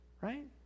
right